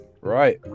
right